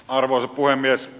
arvoisa puhemies